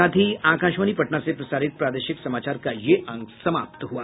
इसके साथ ही आकाशवाणी पटना से प्रसारित प्रादेशिक समाचार का ये अंक समाप्त हुआ